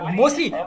mostly